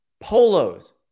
polos